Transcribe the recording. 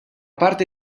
parte